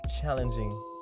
challenging